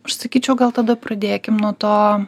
aš sakyčiau gal tada pradėkim nuo to